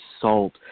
salt